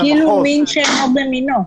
זה כאילו מין שאינו במינו.